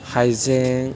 हाइजें